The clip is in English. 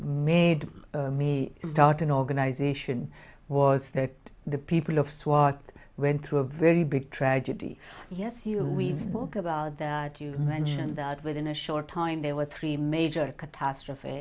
made me start an organization was that the people of swat went through a very big tragedy yes you we spoke about that you mentioned that within a short time there were three major catastrophe